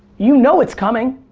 you know it's coming.